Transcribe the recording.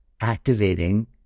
activating